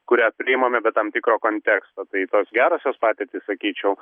kurią priimame be tam tikro konteksto tai tos gerosios patirtys sakyčiau